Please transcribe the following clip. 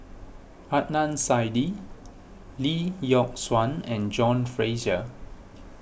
Adnan Saidi Lee Yock Suan and John Fraser